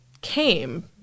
came